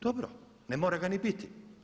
Dobro, ne mora ga ni biti.